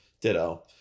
ditto